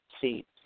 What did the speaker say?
seats